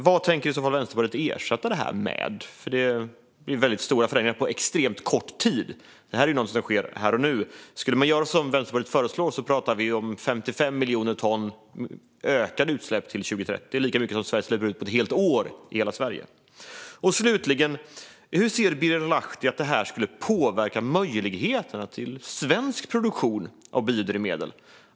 Vad tänker i så fall Vänsterpartiet ersätta det här med? Det blir väldigt stora förändringar på extremt kort tid. Det här är ju något som sker här och nu. Skulle man göra som Vänsterpartiet föreslår pratar vi om 55 miljoner ton ökade utsläpp till 2030, och det är lika mycket som släpps ut i hela Sverige på ett helt år. Slutligen: Hur ser Birger Lahti att detta skulle påverka möjligheterna till svensk produktion av biodrivmedel?